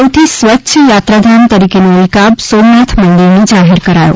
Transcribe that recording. સૌથી સ્વચ્છ યાત્રાધામ તરીકેનો ઇલ્કાબ સોમનાથ મંદિરને જાહેર કરાયો